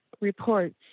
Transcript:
reports